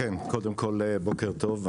כן, קודם כל בוקר טוב.